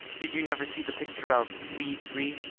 did you never see the picture of we three?